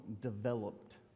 developed